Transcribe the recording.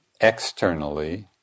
externally